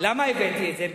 למה הבאתי את זה?